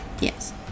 yes